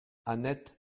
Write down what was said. annette